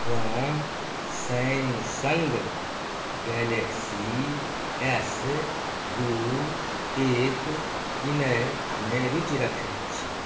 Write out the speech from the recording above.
हम Samsung Galaxy S दू एक कीनयमे रुचि रखैत छी